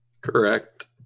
correct